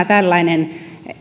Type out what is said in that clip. tällainen